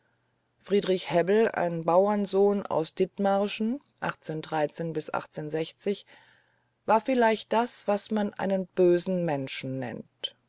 friedrich hebbel ein bauernsohn aus ditmarschen war vielleicht das was man einen bösen menschen nennt